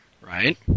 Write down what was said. Right